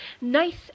Nice